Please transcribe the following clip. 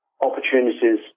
opportunities